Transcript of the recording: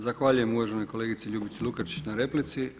Zahvaljujem uvaženoj kolegici Ljubici Lukačić na replici.